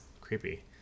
creepy